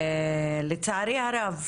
לצערי הרב,